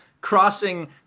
crossing